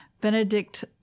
Benedict